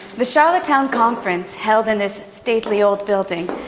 the charlottetown conference, held in this stately old building,